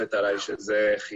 המועדפת עליי זה חינוך,